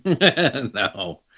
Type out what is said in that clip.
No